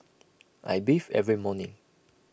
I bathe every morning